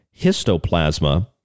histoplasma